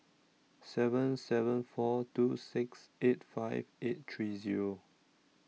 seven seven four two six eight five eight three Zero